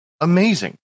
amazing